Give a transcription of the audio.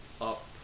up